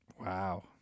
Wow